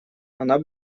она